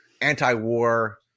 anti-war